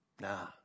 Nah